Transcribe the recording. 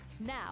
Now